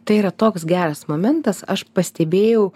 tai yra toks geras momentas aš pastebėjau